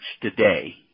today